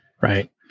Right